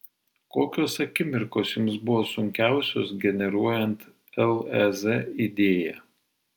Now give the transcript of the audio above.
kokios akimirkos jums buvo sunkiausios generuojant lez idėją